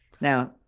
Now